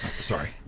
Sorry